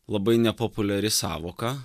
labai nepopuliari sąvoka